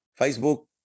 Facebook